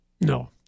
No